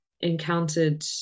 encountered